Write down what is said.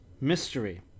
mystery